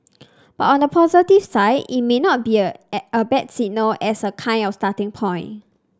but on the positive side it may not be a at a bad signal as a kind of starting point